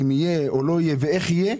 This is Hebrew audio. אם יהיה או לא יהיה ואיך יהיה.